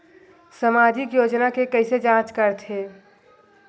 सामाजिक योजना के कइसे जांच करथे?